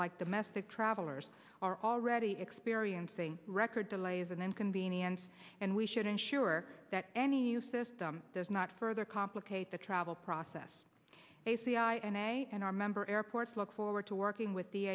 like domestic travelers are already experiencing record delays and inconvenience and we should ensure that any new system does not further complicate the travel process a c i m and our member airports look forward to working with the